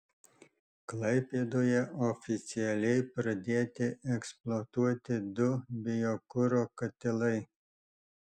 klaipėdoje oficialiai pradėti eksploatuoti du biokuro katilai